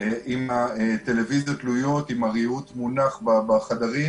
עם הטלוויזיות תלויות, עם הריהוט מונח בחדרים,